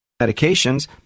medications